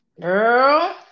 girl